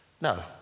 no